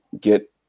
get